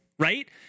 Right